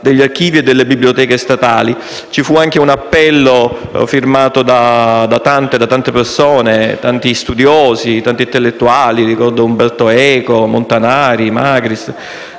degli archivi e delle biblioteche statali; ci fu anche un appello firmato da tante persone, tra cui studiosi ed intellettuali - ricordo Eco, Montanari, Magris